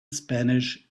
spanish